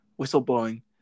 whistleblowing